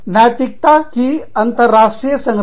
नैतिकता की अंतरराष्ट्रीय संरचना